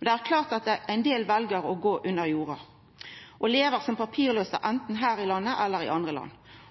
Det er klart at ein del vel å gå under jorda og leva som papirlause, anten her i landet eller i andre land.